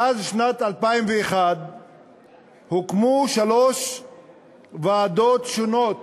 מאז שנת 2001 הוקמו שלוש ועדות שונות